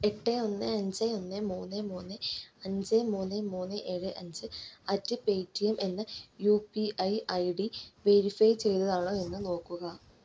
എട്ട് ഒന്ന് അഞ്ച് ഒന്ന് മൂന്ന് മൂന്ന് അഞ്ച് മൂന്ന് മൂന്ന് ഏഴ് അഞ്ച് അറ്റ് പേടീയം എന്ന U P I I D verify ചെയ്തതാണോ എന്ന് നോക്കുക